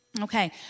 Okay